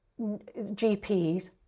GPs